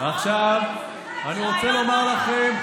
עכשיו אני רוצה לומר לכם,